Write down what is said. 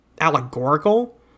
Allegorical